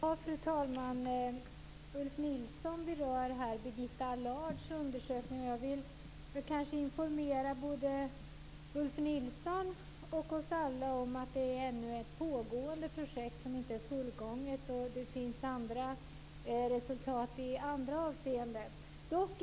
Fru talman! Ulf Nilsson berör här Birgitta Allards undersökning. Jag vill informera både Ulf Nilsson och oss alla om att det är ett ännu pågående projekt som inte är fullgånget. Det finns andra resultat i andra avseenden.